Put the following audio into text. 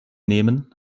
nehmen